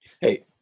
Hey